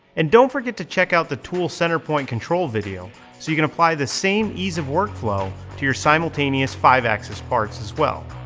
and don't forget to check out the tool center point control video so you can apply the same ease of workflow to your simultaneous five axis parts as well.